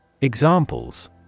Examples